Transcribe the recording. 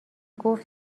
گفت